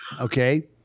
Okay